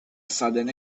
sudden